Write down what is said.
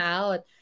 out